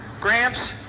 Gramps